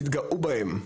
תתגאו בהם,